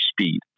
speed